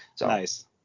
Nice